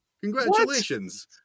Congratulations